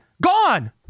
Gone